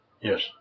Yes